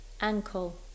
ankle